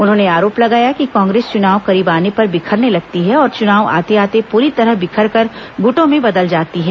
उन्होंने आरोप लगाया कि कांग्रेस चुनाव करीब आने पर बिखरने लगती है और चुनाव आते आते पूरी तरह बिखरकर गुटों में बदल जाती है